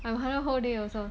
my mother whole day also